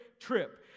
trip